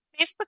Facebook